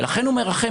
ולכן הוא מרחם.